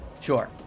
sure